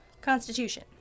Constitution